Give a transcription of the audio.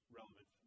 relevant